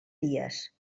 dies